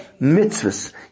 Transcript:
mitzvahs